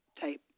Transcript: type